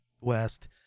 west